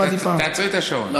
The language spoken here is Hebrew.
תעצרו את השעון.